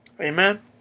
Amen